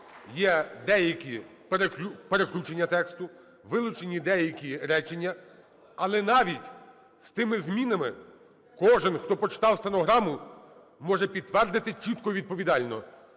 є деякі перекручення тексту, вилучені деякі речення. Але навіть з тими змінами кожен, хто почитав стенограму, може підтвердити чітко і відповідально: